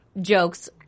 jokes